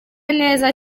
neza